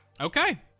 Okay